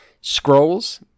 Scrolls